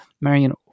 Marion